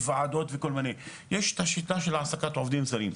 וועדות וכל מיני יש את השיטה של העסקת עובדים זרים,